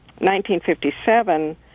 1957